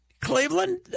Cleveland